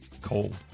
Cold